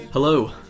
Hello